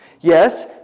Yes